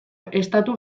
estatu